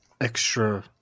extra